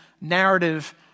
narrative